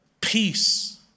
peace